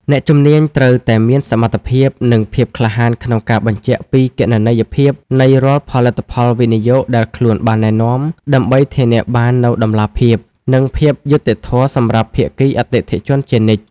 អ្នកជំនាញត្រូវតែមានសមត្ថភាព និងភាពក្លាហានក្នុងការបញ្ជាក់ពីគណនេយ្យភាពនៃរាល់ផលិតផលវិនិយោគដែលខ្លួនបានណែនាំ ដើម្បីធានាបាននូវតម្លាភាព និងភាពយុត្តិធម៌សម្រាប់ភាគីអតិថិជនជានិច្ច។